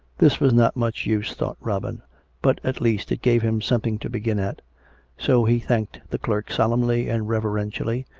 this was not much use, thought robin but, at least, it gave him something to begin at so he thanked the clerk solemnly and reverentially,